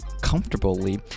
comfortably